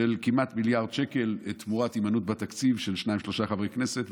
של כמעט מיליארד שקל תמורת הימנעות בתקציב של שניים-שלושה חברי כנסת,